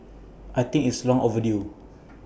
I think it's long overdue